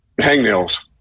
hangnails